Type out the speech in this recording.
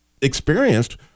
experienced